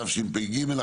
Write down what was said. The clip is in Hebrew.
התשפ"ג-2023,